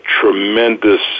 tremendous